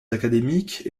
académiques